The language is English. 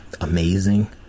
amazing